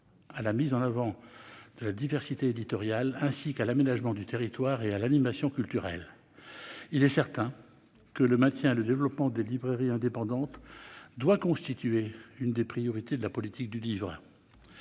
de mise en avant de la diversité éditoriale, d'aménagement du territoire et d'animation culturelle. Il est certain que le maintien et le développement des librairies indépendantes doivent constituer une des priorités de la politique du livre.